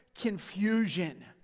confusion